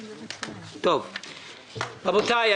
רבותי,